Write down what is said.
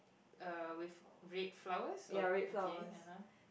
uh with red flowers or okay ah [huh]